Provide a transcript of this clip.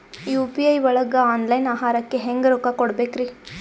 UPI ಒಳಗ online ಆಹಾರಕ್ಕೆ ಹೆಂಗ್ ರೊಕ್ಕ ಕೊಡಬೇಕ್ರಿ?